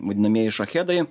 vadinamieji šahedai